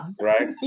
right